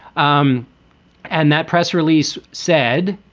um and that press release said